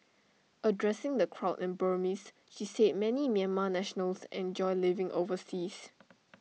addressing the crowd in Burmese she said many Myanmar nationals enjoy living overseas